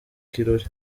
kirori